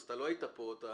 אתה לא היית כאן.